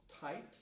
Tight